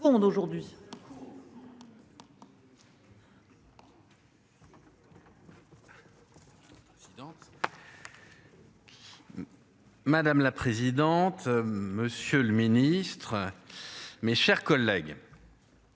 Madame la présidente. Monsieur le ministre. Mes chers collègues.